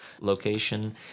Location